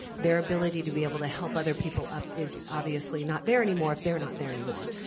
their ability to be able to help other people up is obviously not there anymore if they're not there anymore.